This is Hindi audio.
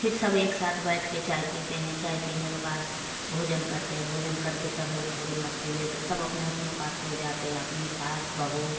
फिर सब एक साथ बैठ कर चाय पीते हैं चाय पीने के बाद भोजन करते हैं भोजन करके सब लोग थोड़ी मस्ती लेकर सब अपने अपने पास सो जाते हैं अपनी सास बहू